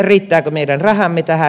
riittävätkö meidän rahamme tähän